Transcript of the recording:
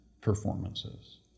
performances